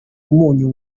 umunyu